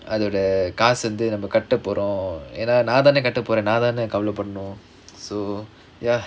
அதோட காசு வந்து நம்ம கட்ட போறோம் ஏன்னா நான்தான கட்ட போறேன் நான்தான கவலபடனும்:athoda kaasu vanthu namma katta porom yaennaa naanthana katta poraen naanthana kavalapadanum so ya